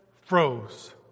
froze